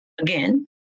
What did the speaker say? again